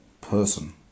person